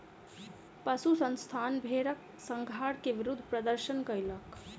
पशु संस्थान भेड़क संहार के विरुद्ध प्रदर्शन कयलक